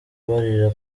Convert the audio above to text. barira